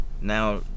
now